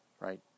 Right